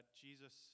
Jesus